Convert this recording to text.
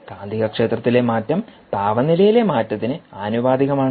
കാന്തികക്ഷേത്രത്തിലെ മാറ്റം താപനിലയിലെ മാറ്റത്തിന് ആനുപാതികമാണ്